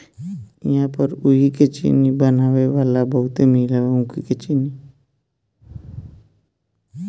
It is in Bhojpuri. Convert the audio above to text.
इहां पर ऊखी के चीनी बनावे वाला बहुते मील हवे